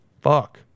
Fuck